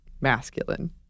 masculine